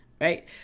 right